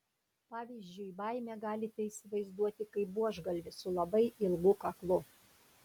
pavyzdžiui baimę galite įsivaizduoti kaip buožgalvį su labai ilgu kaklu